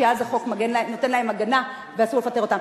שאז החוק נותן להם הגנה ואסור לפטר אותם.